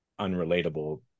unrelatable